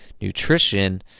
nutrition